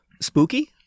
spooky